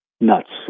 nuts